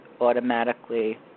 automatically